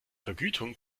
vergütung